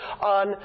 on